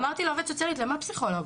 אמרתי לעובדת הסוציאלית 'למה פסיכולוג?